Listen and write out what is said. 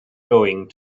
going